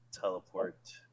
teleport